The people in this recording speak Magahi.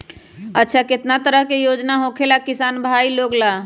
अच्छा कितना तरह के योजना होखेला किसान भाई लोग ला?